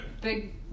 big